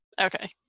Okay